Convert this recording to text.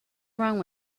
wrong